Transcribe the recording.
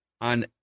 on